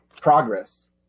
progress